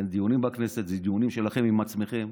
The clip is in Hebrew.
אין דיונים בכנסת, זה דיונים שלכם עם עצמכם.